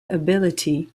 ability